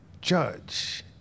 judge